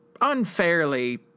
unfairly